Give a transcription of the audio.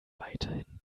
weiterhin